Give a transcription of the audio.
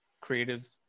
creative